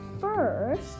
first